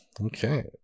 Okay